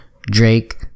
Drake